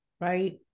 right